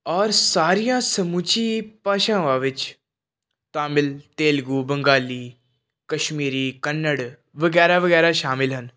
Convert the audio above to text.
ਔਰ ਸਾਰੀਆਂ ਸਮੁੱਚੀ ਭਾਸ਼ਾਵਾਂ ਵਿੱਚ ਤਾਮਿਲ ਤੇਲਗੂ ਬੰਗਾਲੀ ਕਸ਼ਮੀਰੀ ਕੱਨੜ ਵਗੈਰਾ ਵਗੈਰਾ ਸ਼ਾਮਿਲ ਹਨ